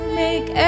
make